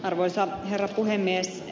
arvoisa herra puhemies